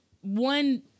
one